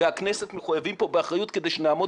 והכנסת מחויבים כאן באחריות כדי שנעמוד